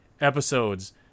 episodes